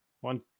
one